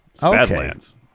Badlands